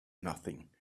nothing